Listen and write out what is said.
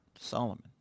Solomon